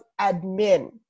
admin